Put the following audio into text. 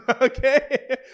Okay